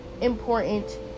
important